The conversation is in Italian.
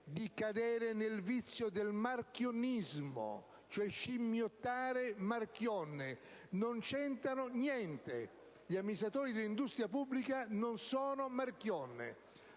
di cadere nel vizio del marchionnismo, cioè di scimmiottare Marchionne. Non c'entrano niente: gli amministratori dell'industria pubblica non sono Marchionne;